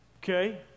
Okay